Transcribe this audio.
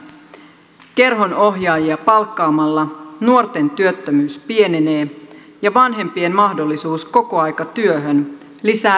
kerhon ohjaajia palkkaamalla nuorten työttömyys pienenee ja vanhempien mahdollisuus kokoaikatyöhön lisää verotuloja